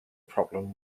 problem